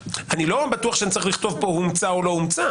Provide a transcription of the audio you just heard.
אני לא בטוח שאני צריך לכתוב פה "הומצא" או "לא הומצא".